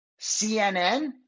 CNN